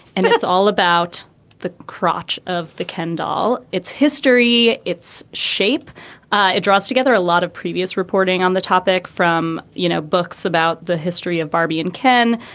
and it's it's all about the crotch of kendall. it's history, it's shape it draws together. a lot of previous reporting on the topic from, you know, books about the history of barbie and ken.